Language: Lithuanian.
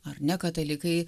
ar ne katalikai